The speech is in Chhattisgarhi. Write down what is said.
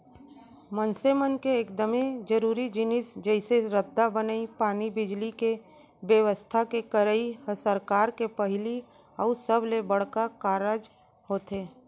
मनसे मन के एकदमे जरूरी जिनिस जइसे रद्दा बनई, पानी, बिजली, के बेवस्था के करई ह सरकार के पहिली अउ सबले बड़का कारज होथे